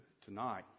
tonight